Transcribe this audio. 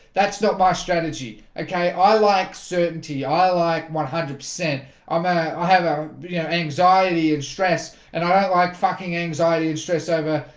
that's not my strategy okay, i like certainty i like one hundred percent um i i have a you know anxiety and stress and i don't like fucking anxiety and stress over.